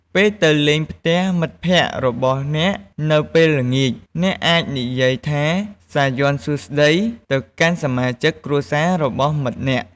ពេលទៅលេងផ្ទះមិត្តភក្តិរបស់អ្នកនៅពេលល្ងាច អ្នកអាចនិយាយថា "សាយ័ន្តសួស្តី" ទៅកាន់សមាជិកគ្រួសាររបស់មិត្តអ្នក។